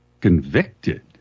convicted